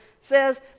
says